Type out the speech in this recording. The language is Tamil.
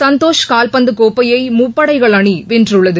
சந்தோஷ் கால்பந்து கோப்பையை முப்படைகள் அணி வென்றுள்ளது